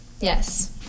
Yes